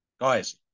Guys